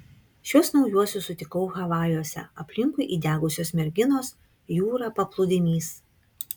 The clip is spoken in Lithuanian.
šiuos naujuosius sutikau havajuose aplinkui įdegusios merginos jūra paplūdimys